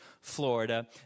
Florida